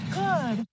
good